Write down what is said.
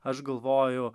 aš galvoju